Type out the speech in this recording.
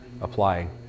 applying